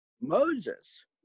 Moses